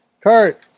Kurt